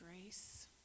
grace